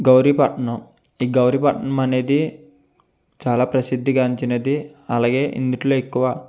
గౌరీపట్నం ఈ గౌరీపట్నం అనేది చాలా ప్రసిద్ధిగాంచినది అలాగే ఇందిట్లో ఎక్కువ